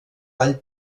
ball